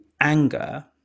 anger